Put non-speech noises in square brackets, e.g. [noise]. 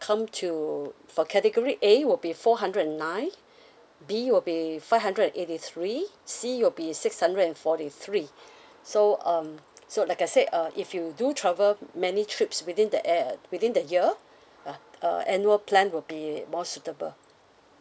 come to for category A will be four hundred and nine [breath] B will be five hundred and eighty three C will be six hundred and forty three [breath] so um so like I said uh if you do travel many trips within the ~ ear within the year uh a annual plan would be more suitable